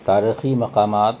تاریخی مقامات